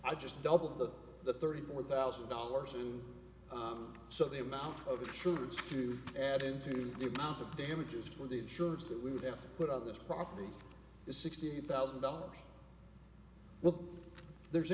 i just doubled the the thirty four thousand dollars and so the amount of troops to add into the account of damages for the insurance that we would have to put on this property is sixty thousand dollars well there's